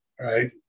right